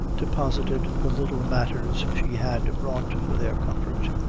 deposited the little matters she had brought for their comfort,